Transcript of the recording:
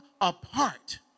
apart